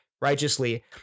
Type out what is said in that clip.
righteously